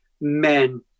men